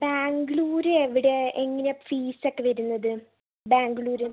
ബാംഗ്ലൂര് എവിടെയാണ് എങ്ങനെയാണ് ഫീസൊക്കെ വരുന്നത് ബാംഗ്ലൂര്